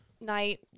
night